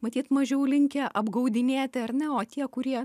matyt mažiau linkę apgaudinėti ar ne o tie kurie